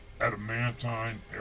adamantine